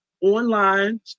online